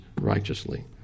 righteously